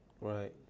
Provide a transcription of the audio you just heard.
Right